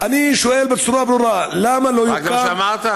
אני שואל בצורה ברורה: למה לא יוקם --- רק זה מה שאמרת?